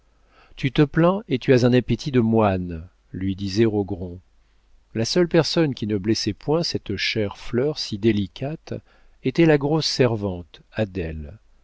tu te plains et tu as un appétit de moine lui disait rogron la seule personne qui ne blessait point cette chère fleur si délicate était la grosse servante adèle